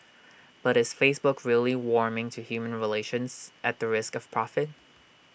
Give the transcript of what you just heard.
but is Facebook really warming to human relations at the risk of profit